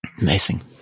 Amazing